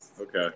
Okay